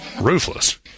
Ruthless